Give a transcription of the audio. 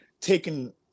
taking